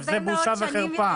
זוהי בושה וחרפה.